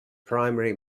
primary